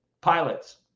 pilots